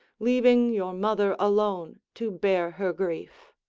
leaving your mother alone to bear her grief?